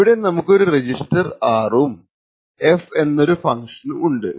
ഇവിടെ നമുക്കൊരു register R ഉം F എന്ന ഫങ്ക്ഷനും ഉണ്ട്